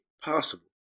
possible